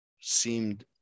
seemed